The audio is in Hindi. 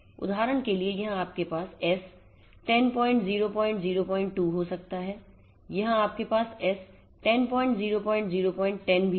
उदाहरण के लिए यहां आपके पास S 10002 हो सकता है यहां आपके पास S 100010 भी है